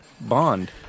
Bond